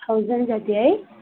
thousand जति है